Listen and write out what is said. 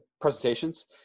presentations